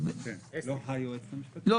51,